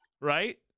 right